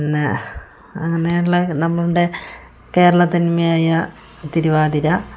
ന്നെ അങ്ങനെ ഉള്ള നമ്മളുടെ കേരളത്തനിമയായ തിരുവാതിര